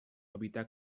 evitar